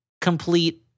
complete